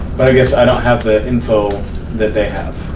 but i guess i don't have the info that they have.